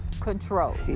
control